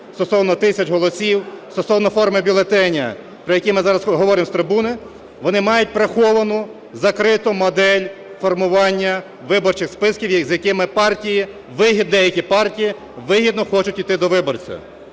стосовно тисяч голосів, стосовно форми бюлетеня, про які ми зараз говоримо з трибуни, вони мають приховану, закриту модель формування виборчих списків, за якими деякі партії вигідно хочуть іти до виборця.